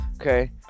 Okay